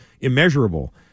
immeasurable